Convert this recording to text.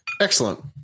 excellent